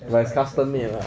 but it's custom made lah